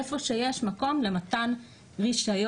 איפה שיש מקום למתן רישיון,